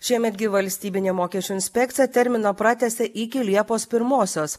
šiemet gi valstybinė mokesčių inspekcija terminą pratęsė iki liepos pirmosios